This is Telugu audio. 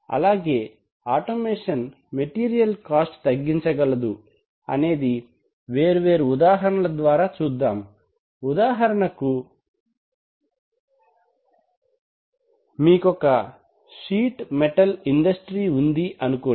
అలాగే ఆటోమేషన్ మెటీరియల్ కాస్ట్ తగ్గించగలదు అనేది వేర్వేరు ఉదాహరణల ద్వారా చూద్దాం ఉదాహరణకు మీకొక షీట్ మెటల్ ఇండస్ట్రీ ఉంది అనుకోండి